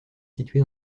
situé